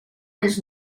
dels